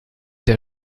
der